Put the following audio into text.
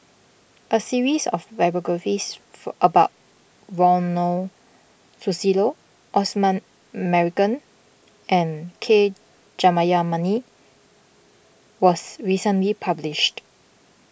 a series of biographies for about Ronald Susilo Osman Merican and K Jayamani was recently published